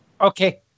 Okay